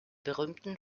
berühmten